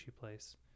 place